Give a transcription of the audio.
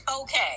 Okay